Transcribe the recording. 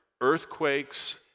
earthquakes